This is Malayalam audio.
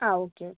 ആ ഓക്കെ ഓക്കെ